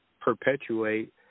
perpetuate